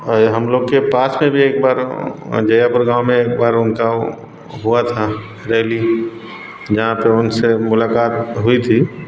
ये हम लोग के पास में भी एक बार जहियापुर गाँव में एक बार उनका हुआ था रैली जहाँ पर उनसे मुलाकात हुई थी